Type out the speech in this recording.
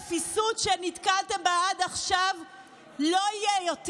החולשה והרפיסות שנתקלתם בה עד עכשיו לא יהיה יותר.